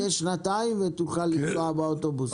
חכה שנתיים ותוכל לנסוע חינם באוטובוס.